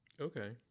okay